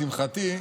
לשמחתי,